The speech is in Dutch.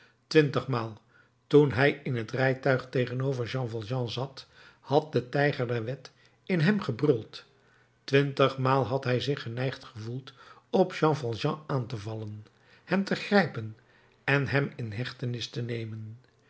twintigmaal toen hij in het rijtuig tegenover jean valjean zat had de tijger der wet in hem gebruld twintigmaal had hij zich geneigd gevoeld op jean valjean aan te vallen hem te grijpen en hem in hechtenis te nemen